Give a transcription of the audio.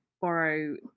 borrow